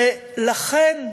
ולכן,